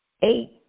eight